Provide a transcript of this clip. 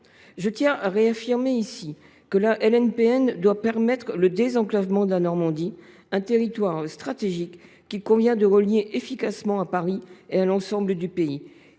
de gaz à effet de serre. La LNPN doit favoriser le désenclavement de la Normandie, un territoire stratégique qu’il convient de relier efficacement à Paris et à l’ensemble du pays.